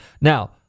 Now